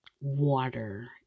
water